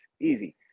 Easy